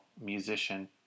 musician